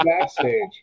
backstage